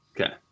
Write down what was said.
Okay